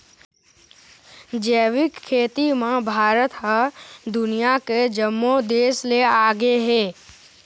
जैविक खेती म भारत ह दुनिया के जम्मो देस ले आगे हे